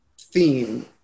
theme